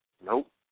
Nope